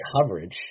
coverage